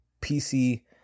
pc